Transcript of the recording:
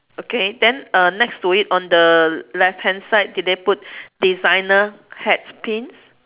okay then uh next to it on the left hand side did they put designer hat pins